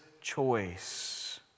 choice